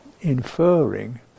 inferring